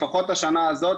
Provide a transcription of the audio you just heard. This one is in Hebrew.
לפחות השנה הזאת,